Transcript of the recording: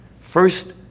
First